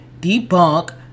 debunk